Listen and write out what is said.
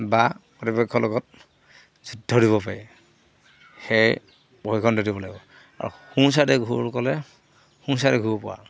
বা প্ৰতিপক্ষৰ লগত যুদ্ধ দিব পাৰি সেয়ে প্ৰশিক্ষণটো দিব লাগিব আৰু সোঁ ছাইডে ঘূৰ ক'লে সোঁ ছাইডে ঘূৰিব পৰা